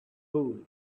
hole